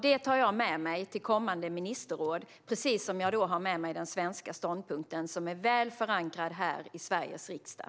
Det tar jag med mig till kommande ministerråd, precis som jag tar med mig den svenska ståndpunkten, som är väl förankrad här i Sveriges riksdag.